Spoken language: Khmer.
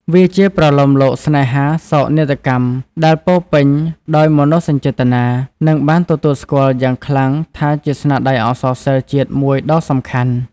វាជាប្រលោមលោកស្នេហាសោកនាដកម្មដែលពោរពេញដោយមនោសញ្ចេតនា និងបានទទួលស្គាល់យ៉ាងខ្លាំងថាជាស្នាដៃអក្សរសិល្ប៍ជាតិមួយដ៏សំខាន់។